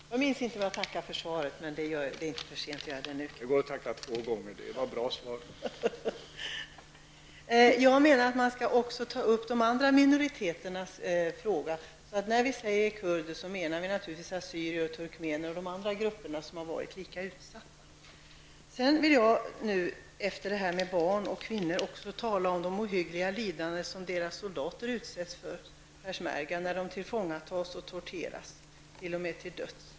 Herr talman! Jag minns inte om jag tackade för svaret, men det är inte för sent att göra det nu. Jag menar att man också skall ta upp frågan om de andra minoriteterna. När vi säger kurder menar vi naturligtvis också assyrier, turkmener och de andra grupperna som har varit lika utsatta. Det har talats om kvinnor och barn. Jag vill också tala om det ohyggliga lidande som soldaterna, pershmerga utsätts för när de tillfångatas och torteras, t.o.m. till döds.